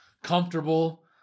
Comfortable